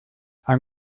ein